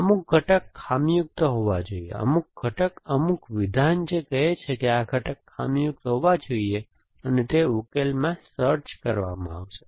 અમુક ઘટક ખામીયુક્ત હોવા જોઈએ અમુક ઘટક અમુક વિધાન જે કહે છે કે આ ઘટક ખામીઓ હોવા જોઈએ અને તેને ઉકેલમાં સર્ચ કરવામાં આવશે